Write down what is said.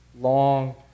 long